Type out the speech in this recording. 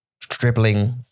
dribbling